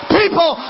people